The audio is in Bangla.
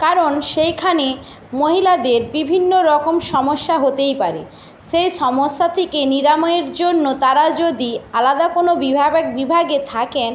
কারণ সেইখানে মহিলাদের বিভিন্ন রকম সমস্যা হতেই পারে সেই সমস্যা থেকে নিরাময়ের জন্য তারা যদি আলাদা কোনো বিভাবে বিভাগে থাকেন